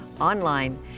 online